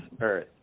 Earth